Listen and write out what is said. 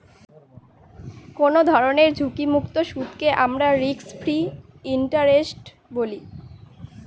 কোনো ধরনের ঝুঁকিমুক্ত সুদকে আমরা রিস্ক ফ্রি ইন্টারেস্ট বলি